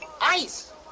Ice